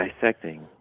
dissecting